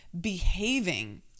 behaving